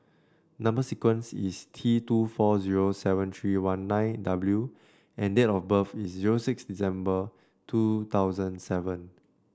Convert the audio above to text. number sequence is T two four zero seven three one nine W and date of birth is zero six December two thousand seven